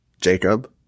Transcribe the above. Jacob